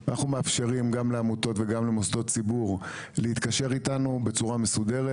אנחנו מאפשרים גם לעמותות וגם למוסדות ציבור להתקשר איתנו בצורה מסודרת.